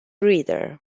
reader